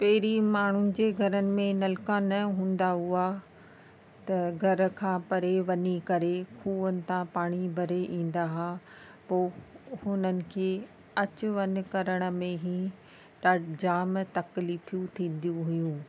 पहिरीं माण्हुनि जे घरनि में नलका न हूंदा हुआ त घर खां परे वञी करे खूहुनि था पाणी भरे ईंदा हुआ पोइ उन्हनि खे अचु वञु करण में ई ॾा जाम तकलीफ़ूं थींदियूं हुयूं